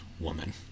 Woman